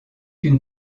une